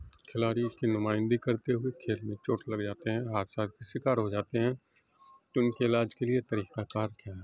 کھلاڑی کی نمائندگی کرتے ہوئے کھیل میں چوٹ لگ جاتے ہیں حادثات کا شکار ہو جاتے ہیں تو ان کے علاج کے لیے طریقہ کار کیا ہے